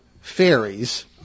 fairies